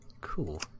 Cool